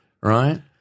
right